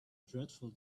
dreadful